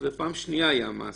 ופעם שנייה היה מאסר.